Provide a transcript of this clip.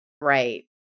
right